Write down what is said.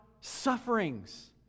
sufferings